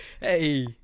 Hey